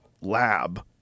lab